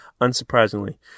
unsurprisingly